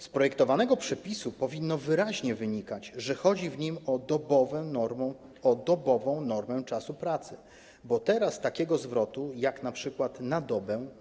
Z projektowanego przepisu powinno wyraźnie wynikać, że chodzi w nim o dobową normę czasu pracy, bo teraz brakuje takiego zwrotu jak np. „na dobę”